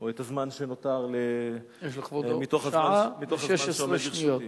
או את הזמן שנותר מתוך הזמן שעומד לרשותי.